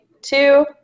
two